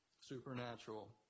supernatural